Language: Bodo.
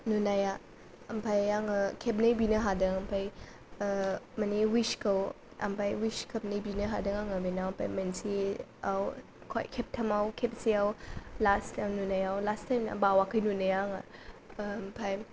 नुनाया ओमफ्राय आङो खेबनै बिनो हादों ओमफ्राय ओ माने उइसखौ ओमफ्राय उइस खेबनै बिनो हादों आङो बेनाव ओमफ्राय मोनसेयाव खेबथामाव खेबसेयाव लास्ट नुनायाव लास्टआव बावाखै नुनाया आङो ओमफ्राय